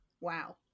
Wow